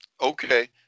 Okay